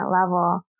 level